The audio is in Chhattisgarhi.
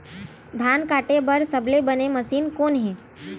धान काटे बार सबले बने मशीन कोन हे?